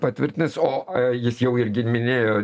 patvirtins o jis jau irgi minėjo